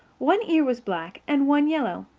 one ear was black and one yellow.